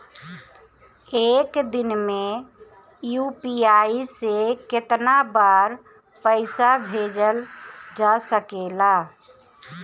एक दिन में यू.पी.आई से केतना बार पइसा भेजल जा सकेला?